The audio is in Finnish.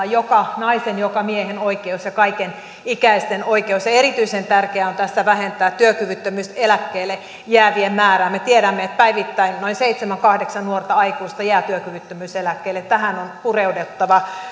joka naisen joka miehen oikeus ja kaikenikäisten oikeus ja ja erityisen tärkeää tässä on vähentää työkyvyttömyyseläkkeelle jäävien määrää me tiedämme että päivittäin noin seitsemän viiva kahdeksan nuorta aikuista jää työkyvyttömyyseläkkeelle tähän on pureuduttava